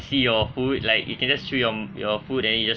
see your food like you can just chew your your food then you just